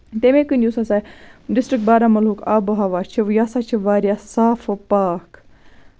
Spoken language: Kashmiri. تَمے کِنۍ یُس ہسا ڈِسٹرک بارہمُلہُک آبہٕ ہوا چھُ یہِ سا چھُ واریاہ صاف و پاک